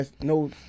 no